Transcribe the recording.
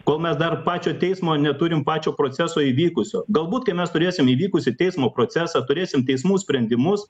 kol mes dar pačio teismo neturim pačio proceso įvykusio galbūt kai mes turėsim įvykusį teismo procesą turėsim teismų sprendimus